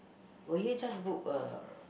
will you just book a